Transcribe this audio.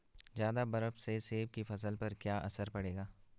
ज़्यादा बर्फ से सेब की फसल पर क्या असर पड़ेगा?